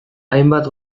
hainbat